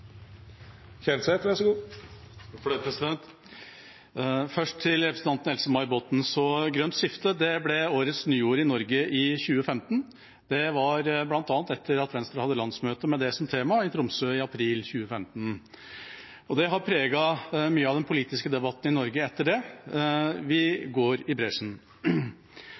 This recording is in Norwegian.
Først til representanten Else-May Botten: Grønt skifte ble årets nyord i Norge i 2015. Det var bl.a. etter at Venstre hadde landsmøte med det som tema i Tromsø i april 2015. Det har preget mye av den politiske debatten i Norge etter det. Vi går i bresjen.